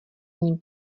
ním